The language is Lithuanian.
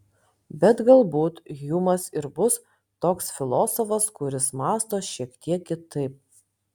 bet galbūt hjumas ir bus toks filosofas kuris mąsto šiek tiek kitaip